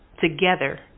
Together